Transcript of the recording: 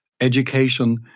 education